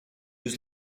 was